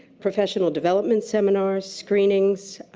professional development seminars, screenings.